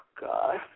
God